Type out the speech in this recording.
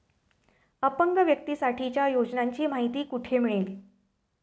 अपंग व्यक्तीसाठीच्या योजनांची माहिती कुठे मिळेल?